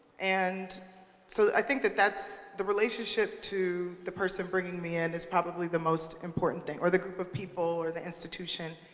and so i think that that's the relationship to the person bringing me in and is probably the most important thing or the group of people or the institution.